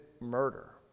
murder